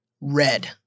red